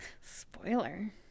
spoiler